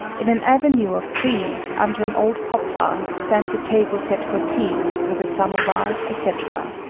in an avenue of trees, under an old poplar, stands a table set for tea, with a samovar, etc.